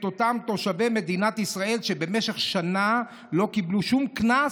את אותם תושבי מדינת ישראל שבמשך שנה לא קיבלו שום קנס.